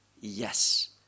yes